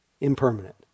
impermanent